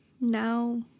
now